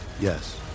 Yes